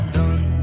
done